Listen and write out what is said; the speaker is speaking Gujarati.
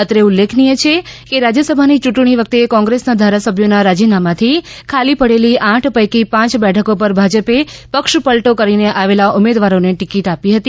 અત્રે ઉલ્લેખનીય છે કે રાજ્યસભાની યૂંટણી વખતે કોંગ્રેસના ધારાસભ્યોના રાજીનામાથી ખાલી પડેલી આઠ પૈકી પાંચ બેઠકો પર ભાજપે પક્ષપલટો કરીને આવેલા ઉમેદવારોને ટીકીટ આપી હતી